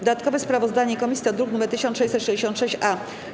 Dodatkowe sprawozdanie komisji to druk nr 1666-A.